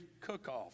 cook-off